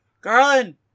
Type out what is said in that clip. Garland